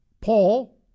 Paul